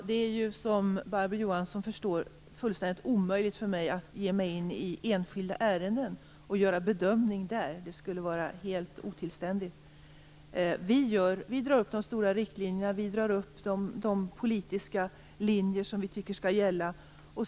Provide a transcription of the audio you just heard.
Herr talman! Som Barbro Johansson förstår är det fullständigt omöjligt för mig att ge mig in i enskilda ärenden och göra en bedömning där. Det skulle vara helt otillständigt. Vi drar upp de stora riktlinjerna och de politiska linjer som vi tycker skall gälla.